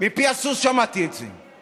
מפי הסוס שמעתי את זה.